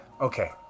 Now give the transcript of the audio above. okay